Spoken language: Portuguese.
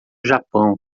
japão